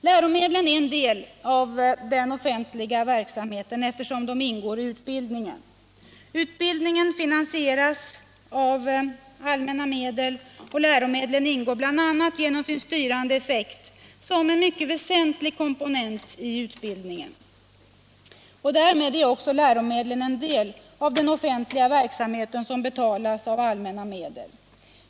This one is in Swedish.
Läromedlen är en del av den offentliga verksamheten eftersom de ingår i utbildningen. Utbildningen finansieras av allmänna medel. Och läromedlen utgör bl.a. genom sin styrande effekt en mycket väsentlig komponent i utbildningen. Därmed är också läromedlen en del av den offentliga verksamhet som betalas av allmänna medel.